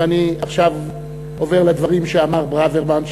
ואני עכשיו עובר לדברים שאמר ברוורמן,